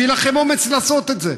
שיהיה לכם אומץ לעשות את זה.